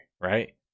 right